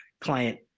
client